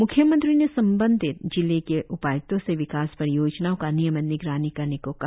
म्ख्यमंत्री ने संबंधित जिले के उपाय्क्तों से विकास परियोजनाओं का नियमित निगरानी करने को कहा